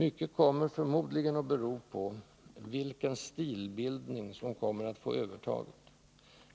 Mycket kommer förmodligen att bero på vilken stilbildning som kommer att få övertaget.